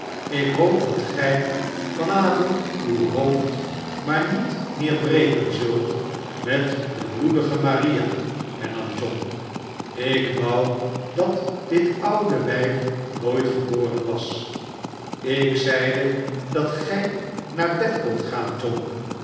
ik hoop dat gij van avond uw hoofd maar niet meer breken zult met de bloedige maria hernam john ik wou dat dit oude wijf nooit geboren was ik zeide dat gij naar bed kondt gaan john